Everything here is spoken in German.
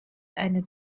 eine